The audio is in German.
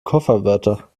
kofferwörter